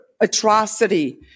atrocity